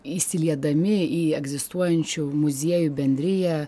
įsiliedami į egzistuojančių muziejų bendriją